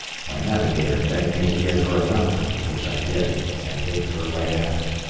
my navigator begged me to give her another, which i did, and hit her right aft.